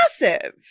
massive